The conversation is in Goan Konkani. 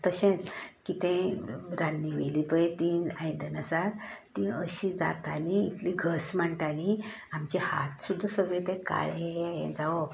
तशेंच कितेंय रांदन्नी वयली पळय तीं आयदनां आसात तीं अशीं जाताली इतलीं घस मांडटाली आमचें हात सुध्दां तें सगळें काळें जावप